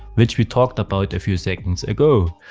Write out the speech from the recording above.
which we talked about a few seconds ago.